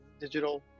digital